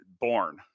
born